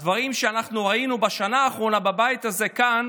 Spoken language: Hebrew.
הדברים שאנחנו ראינו בשנה האחרונה בבית הזה כאן